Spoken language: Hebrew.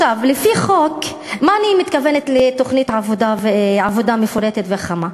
למה אני מתכוונת בתוכנית עבודה מפורטת וחכמה?